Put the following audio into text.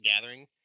gathering